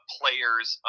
players